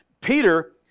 Peter